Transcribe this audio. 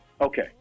Okay